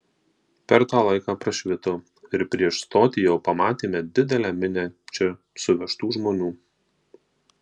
per tą laiką prašvito ir prieš stotį jau pamatėme didelę minią čia suvežtų žmonių